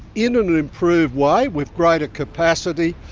in an improved way, with greater capacity,